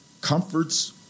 comforts